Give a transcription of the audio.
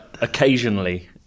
occasionally